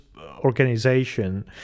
organization